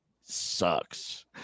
sucks